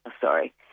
sorry